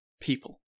people